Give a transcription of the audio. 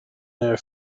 near